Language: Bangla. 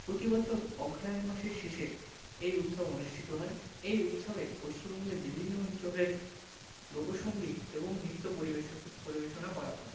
প্রতি বছর অগ্রহায়ণ মাসের শেষে এই উৎসব অনুষ্ঠিত হয় এই উৎসবে পশ্চিমবঙ্গের বিভিন্ন অঞ্চলের লোকসংগীত এবং নৃত্য পরিবেশো পরিবেশনা করা হয়